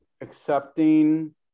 accepting